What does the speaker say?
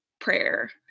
prayer